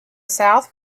south